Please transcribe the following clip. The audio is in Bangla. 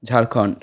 ঝাড়খণ্ড